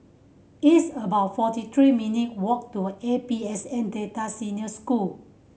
it's about forty three minute walk to A P S N Delta Senior School